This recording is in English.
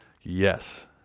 Yes